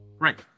Right